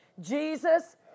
Jesus